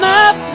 up